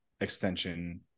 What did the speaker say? extension